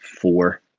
four